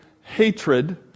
hatred